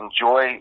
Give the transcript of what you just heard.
enjoy